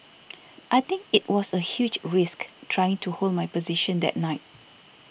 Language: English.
I think it was a huge risk trying to hold my position that night